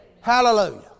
Hallelujah